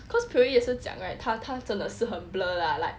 cause pio yee 也是讲 right 他他真的是很 blur lah like